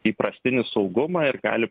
įprastinį saugumą ir gali